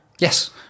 Yes